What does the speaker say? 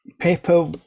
paper